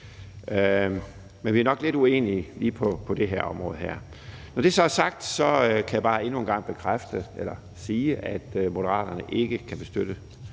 Men vi er nok lidt uenige lige på det her område. Med det sagt kan jeg bare endnu en gang sige, at Moderaterne ikke kan støtte